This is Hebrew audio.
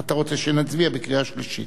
אתה רוצה שנצביע בקריאה שלישית?